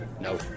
no